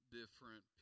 different